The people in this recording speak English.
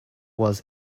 was